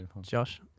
Josh